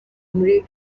muri